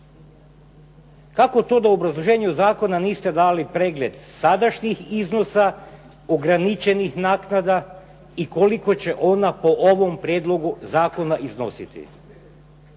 Kako to da u obrazloženju zakona niste dali pregled sadašnjih iznosa, ograničenih naknada i koliko će ona po ovom prijedlogu zakona iznositi?